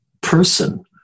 person